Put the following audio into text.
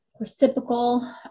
reciprocal